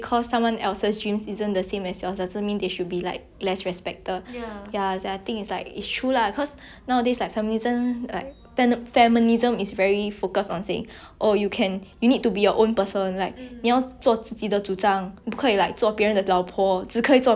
nowadays like feminism iit's like feminism it's very focused on saying oh you can you need to be your own personal like 你要做自己的主张不可以 like 做别人的老婆只可以只可以做别人的老婆 if you are if you are if you are you feel like to stay in the kitchen if you like to cook if you like to do housework means